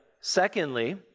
Secondly